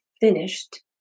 finished